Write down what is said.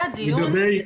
קטן,